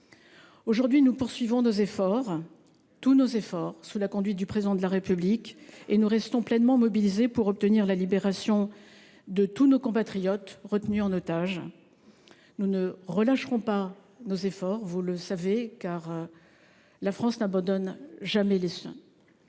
scrupule. Nous poursuivons nos efforts, tous nos efforts, sous la conduite du Président de la République, et nous restons pleinement mobilisés pour obtenir la libération de tous nos compatriotes retenus en otage. Nous ne relâcherons pas nos efforts, vous le savez, car la France n’abandonne jamais les siens.